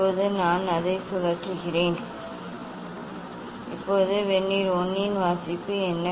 இப்போது நான் அதை சுழற்றுகிறேன் இப்போது வெர்னியர் 1 இன் வாசிப்பு என்ன